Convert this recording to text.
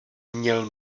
měl